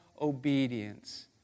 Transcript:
obedience